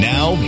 Now